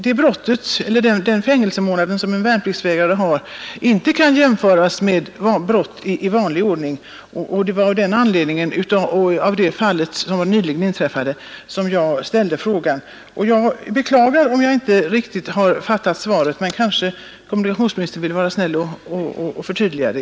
Jag tycker inte att värnpliktsvägran kan jämföras med brott i vanlig ordning, och det var av den anledningen — och med utgångspunkt i det nyligen inträffade fallet — som jag ställde frågan. Jag beklagar om jag inte riktigt har fattat svaret, men kommunikationsministern kanske vill vara snäll och förtydliga det.